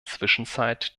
zwischenzeit